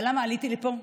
אבל למה עליתי לפה?